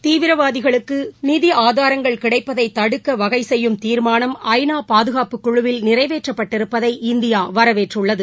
தீவிரவாதிகளுக்கு நிதி ஆதாரங்கள் கிடைப்பதை தடுக்க வகை செய்யும் தீர்மானம் ஐ நா பாதுகாப்புக்குழுவில் நிறைவேற்றப்பட்டிருப்பதை இந்தியா வரவேற்றுள்ளது